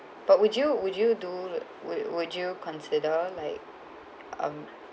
but would you would you do would would you consider like um